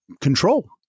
control